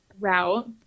route